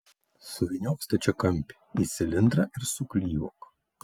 suvyniok stačiakampį į cilindrą ir suklijuok